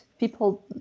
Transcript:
people